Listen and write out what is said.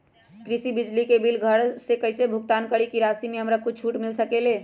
कृषि बिजली के बिल घर से कईसे भुगतान करी की राशि मे हमरा कुछ छूट मिल सकेले?